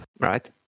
right